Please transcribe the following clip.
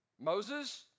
Moses